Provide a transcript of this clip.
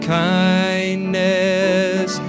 kindness